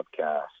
podcast